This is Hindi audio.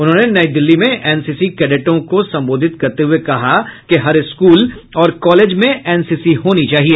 उन्होंने नई दिल्ली में एन सी सी कैडेटों को सम्बोधित करते हुए कहा कि हर स्कूल और कॉलेज में एन सी सी होनी चाहिए